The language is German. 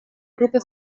gruppe